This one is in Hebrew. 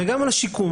וגם על שיקום.